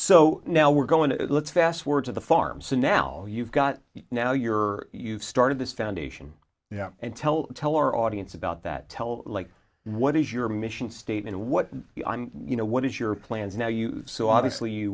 so now we're going to let's fast forward to the farm so now you've got now you're you've started this foundation yeah and tell tell our audience about that like what is your mission statement what you know what is your plans now you so obviously you